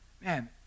Man